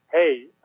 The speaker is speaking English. hey